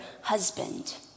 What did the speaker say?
husband